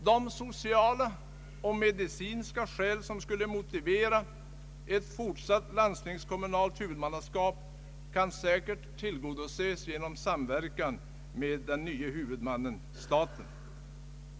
De sociala och medicinska skäl som skulle motivera ett fortsatt landstingskommunalt huvudmannaskap kan säkert tillgodoses genom samverkan med den nye huvudmannen, staten.